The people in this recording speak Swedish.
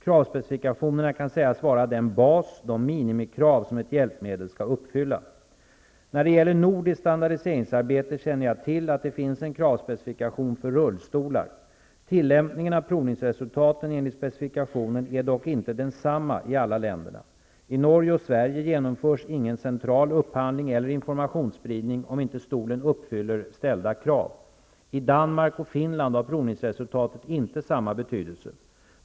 Kravspecifikationerna kan sägas vara den bas, de minimikrav, som ett hjälpmedel skall uppfylla. När det gäller nordiskt standardiseringsarbete känner jag till att det finns en kravspecifikation för rullstolar. Tillämpningen av provningsresultaten enligt specifikationen är dock inte densamma i alla länderna. I Norge och Sverige genomförs ingen central upphandling eller informationsspridning, om inte stolen uppfyller ställda krav. I Danmark och Finland har provningsresultatet inte samma betydelse.